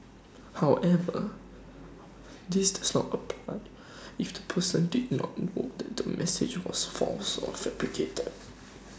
however this does not apply if the person did not know that the message was false or fabricated